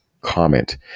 Comment